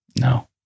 No